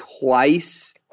twice